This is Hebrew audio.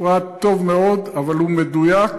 מפרט טוב מאוד, אבל הוא מדויק,